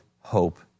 hope